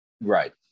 Right